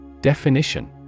Definition